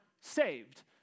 saved